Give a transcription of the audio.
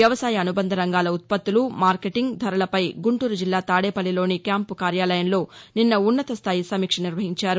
వ్యవసాయ అనుబంధ రంగాల ఉత్పత్తులు మార్కెటింగ్ ధరలపై గుంటూరు జిల్లా తాదేపల్లిలోని తన క్యాంపు కార్యాలయంలో నిన్న ఉన్నత స్థాయి సమీక్ష నిర్వహించారు